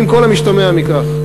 על כל המשתמע מכך,